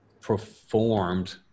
performed